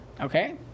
Okay